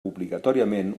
obligatòriament